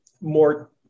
more